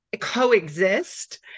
coexist